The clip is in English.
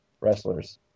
wrestlers